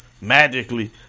magically